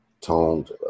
toned